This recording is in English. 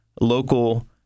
local